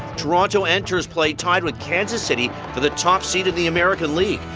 toronto enters play tied with kansas city for the top seat in the american league.